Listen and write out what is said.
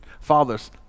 Fathers